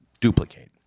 duplicate